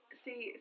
see